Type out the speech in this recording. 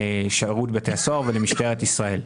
לשירות בתי הסוהר ולמשטרת ישראל.